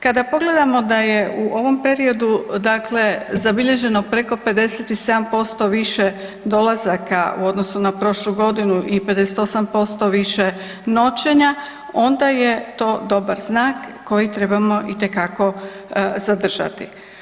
Kada pogledamo da je u ovom periodu dakle zabilježeno preko 57% više dolazaka u odnosu na prošlu godinu i 58% više noćenja, onda je to dobar znak koji trebamo itekako zadržati.